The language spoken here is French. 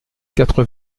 quatre